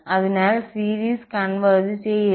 അതിനാൽ series converge ചെയ്യില്ല